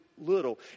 little